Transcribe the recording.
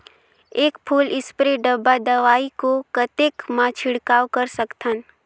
एक full spray डब्बा दवाई को कतेक म छिड़काव कर सकथन?